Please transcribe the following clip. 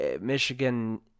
Michigan